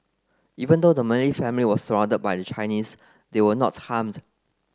even though the Malay family was surrounded by the Chinese they were not harmed